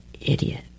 idiot